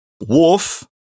Worf